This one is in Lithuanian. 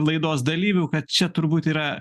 laidos dalyvių kad čia turbūt yra